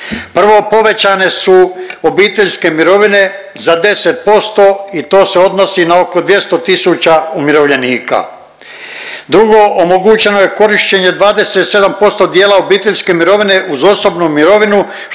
prvo povećane su obiteljske mirovine za 10% i to se odnosi na oko 200 tisuća umirovljenika. Drugo, omogućeno je korištenje 27% dijela obiteljske mirovine uz osobnu mirovinu